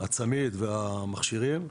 הצמיד והמכשירים.